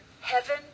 Heaven